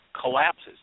collapses